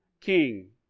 king